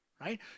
right